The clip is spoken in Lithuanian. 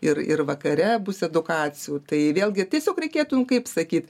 ir ir vakare bus edukacijų tai vėlgi tiesiog reikėtum kaip sakyt